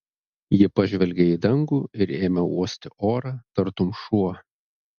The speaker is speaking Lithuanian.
ji pažvelgė į dangų ir ėmė uosti orą tartum šuo